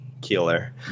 killer